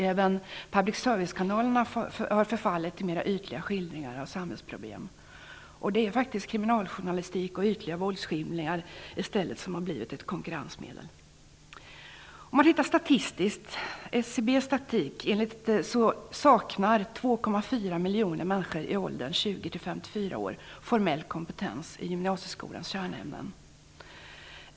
Även public service-kanalerna har förfallit till mer ytliga skildringar av samhällsproblem. Kriminaljournalistik och ytliga våldsskildringar har i stället blivit ett konkurrensmedel. Enligt SCB:s statistik saknar 2,4 miljoner människor i åldern 20-54 år formell kompetens i gymnasieskolans kärnämnen.